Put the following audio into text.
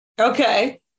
Okay